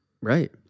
Right